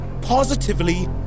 Positively